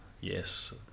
yes